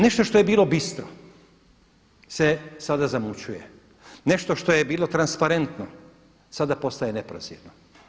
Nešto što je bilo bistro se sada zamućuje, nešto št je bilo transparentno sada postaje neprozirno.